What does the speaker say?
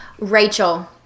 Rachel